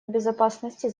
безопасности